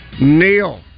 Neil